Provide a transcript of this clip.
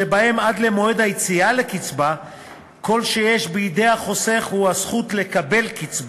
שבהם עד למועד היציאה לקצבה כל שיש בידי החוסך הוא הזכות לקבל קצבה,